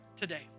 today